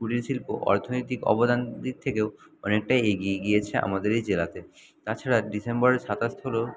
কুটির শিল্প অর্থনৈতিক অবদান দিক থেকেও অনেকটা এগিয়ে গিয়েছে আমাদের এই জেলাতে তাছাড়া ডিসেম্বরে সাতাশ হল